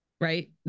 right